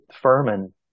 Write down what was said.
Furman